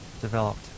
developed